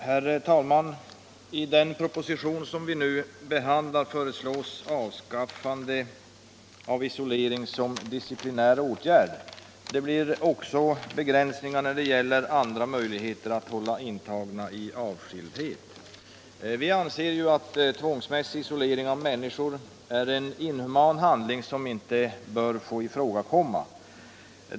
Herr talman! I den proposition som vi nu behandlar föreslås avskaffande av isolering som disciplinär åtgärd. Det blir också begränsningar när det gäller andra möjligheter att hålla intagna i avskildhet. Vi anser att tvångsmässig isolering av människor är en inhuman handling som inte bör få ifrågakomma.